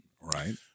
right